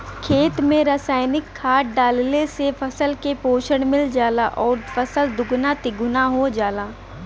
खेत में रासायनिक खाद डालले से फसल के पोषण मिल जाला आउर फसल दुगुना तिगुना हो जाला